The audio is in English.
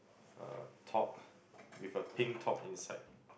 uh top with a pink top inside